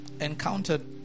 encountered